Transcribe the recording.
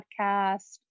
podcast